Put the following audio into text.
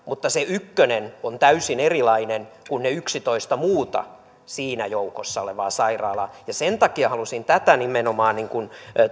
mutta se ykkönen on täysin erilainen kuin ne yksitoista muuta siinä joukossa olevaa sairaalaa sen takia halusin tätä nimenomaan